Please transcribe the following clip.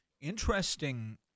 Interesting